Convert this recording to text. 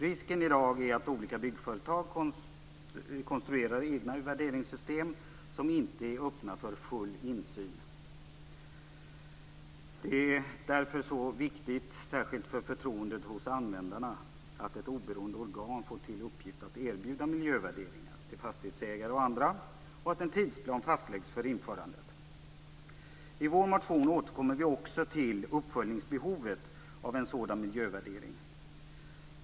Risken i dag är att olika byggföretag konstruerar egna värderingssystem som inte är öppna för full insyn. Det är därför det är så viktigt, särskilt för förtroendet bland användarna, att ett oberoende organ får till uppgift att erbjuda miljövärderingar till fastighetsägare och andra och att en tidsplan fastläggs för införandet. I vår motion återkommer vi också till behovet av uppföljning av en sådan miljövärdering.